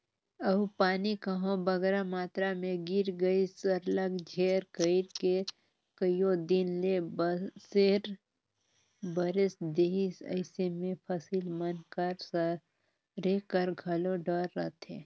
अउ पानी कहांे बगरा मातरा में गिर गइस सरलग झेर कइर के कइयो दिन ले बरेस देहिस अइसे में फसिल मन कर सरे कर घलो डर रहथे